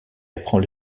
apprend